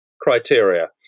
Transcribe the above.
criteria